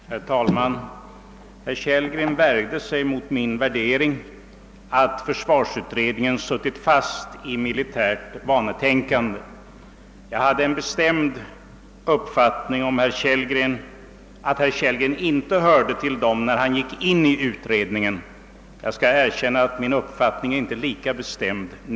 Herr talman! Herr Kellgren värjde sig mot min värdering, att försvarsutredningen suttit fast i militärt vanetänkande. Jag hade den bestämda uppfattningen, att herr Kellgren, när han gick in i utredningen, inte hörde till dem som var fastlåsta i ett konventionellt tänkande — jag skall erkänna att min uppfattning härom nu inte är lika bestämd.